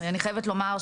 אני חייבת לומר,